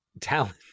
talent